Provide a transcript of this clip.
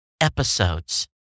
episodes